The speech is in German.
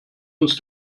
uns